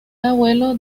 abuelo